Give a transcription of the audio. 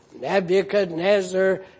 Nebuchadnezzar